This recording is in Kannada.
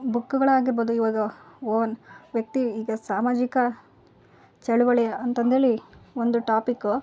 ಬುಕ್ಗಳಾಗಿರ್ಬೋದು ಇವಾಗ ಓನ್ ವ್ಯಕ್ತಿ ಈಗ ಸಾಮಾಜಿಕ ಚಳುವಳಿ ಅಂತಂದೇಳಿ ಒಂದು ಟಾಪಿಕ್ಕು